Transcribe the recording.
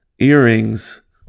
earrings